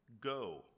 Go